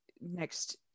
next